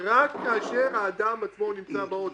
אלא רק כאשר האדם עצמו נמצא באוטו.